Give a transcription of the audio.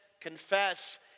Confess